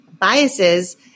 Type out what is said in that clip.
biases